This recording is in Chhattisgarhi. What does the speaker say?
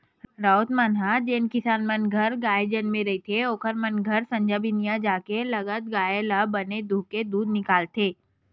राउत मन ह जेन किसान मन घर गाय जनमे रहिथे ओखर मन घर संझा बिहनियां जाके लगत गाय ल बने दूहूँके दूद निकालथे